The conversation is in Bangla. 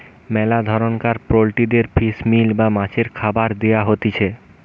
মেলা ধরণকার পোল্ট্রিদের ফিশ মিল বা মাছের খাবার দেয়া হতিছে